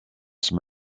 som